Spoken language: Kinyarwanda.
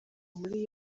muri